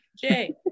Jay